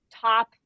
top